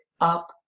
up